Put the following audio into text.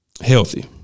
healthy